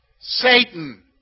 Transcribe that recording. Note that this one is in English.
Satan